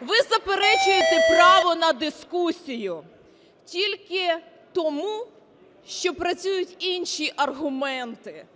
Ви заперечуєте право на дискусію тільки тому, що працюють інші аргументи